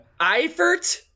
Eifert